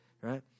right